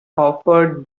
offered